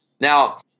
Now